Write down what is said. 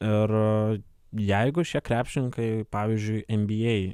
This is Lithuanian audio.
ir jeigu šie krepšininkai pavyzdžiui en by ei